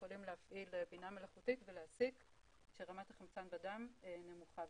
יכולים להפעיל בינה מלאכותית ולהסיק שרמת החמצן בדם נמוכה,